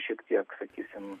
šiek tiek sakysim